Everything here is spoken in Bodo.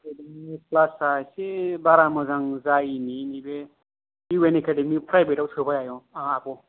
आमफ्राय क्लासा एसे बारा मोजां जायैनि नैबे इउएन एकादेमि प्रायभेट आव सोबाय आयं ओ आब'